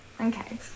Okay